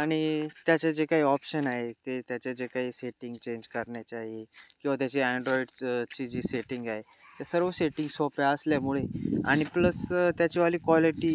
आणि त्याचे जे काही ऑप्शन आहे ते त्याचे जे काही सेटिंग चेंज करण्याचे आहे किंवा त्याची अँड्रॉईडचंची जी सेटिंग आहे ते सर्व सेटिंग सोप्या असल्यामुळे आणि प्लस त्याचीवाली क्वालिटी